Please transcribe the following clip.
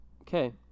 Okay